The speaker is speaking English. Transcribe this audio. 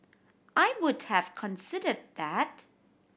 I would have considered that